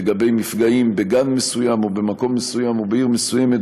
לגבי מפגעים בגן מסוים או במקום מסוים או בעיר מסוימת,